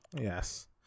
Yes